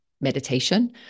meditation